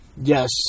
Yes